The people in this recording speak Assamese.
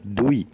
দুই